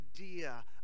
idea